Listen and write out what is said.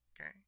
okay